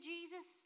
Jesus